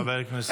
חבר הכנסת.